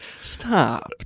Stop